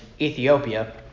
Ethiopia